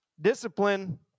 Discipline